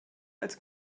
als